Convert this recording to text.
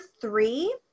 three